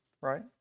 right